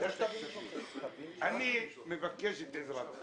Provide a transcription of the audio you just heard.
אני מבקש את עזרתך